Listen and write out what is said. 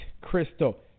Crystal